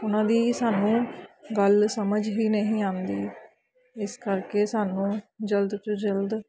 ਉਹਨਾਂ ਦੀ ਸਾਨੂੰ ਗੱਲ ਸਮਝ ਹੀ ਨਹੀਂ ਆਉਂਦੀ ਇਸ ਕਰਕੇ ਸਾਨੂੰ ਜਲਦ ਤੋਂ ਜਲਦ